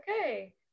okay